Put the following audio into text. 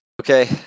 Okay